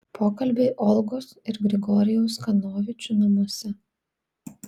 pokalbiai olgos ir grigorijaus kanovičių namuose